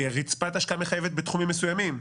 רצפת השקעה מחייבת בתחומים מסוימים?